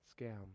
scam